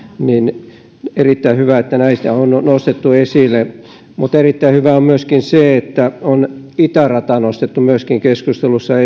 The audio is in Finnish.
on erittäin hyvä että näitä on nostettu esille mutta erittäin hyvä on myöskin se että itärata on nostettu keskustelussa esille